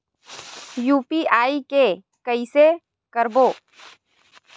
UPI के कइसे करबो?